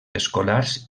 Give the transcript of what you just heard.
escolars